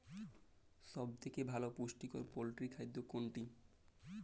সব থেকে ভালো পুষ্টিকর পোল্ট্রী খাদ্য কোনটি?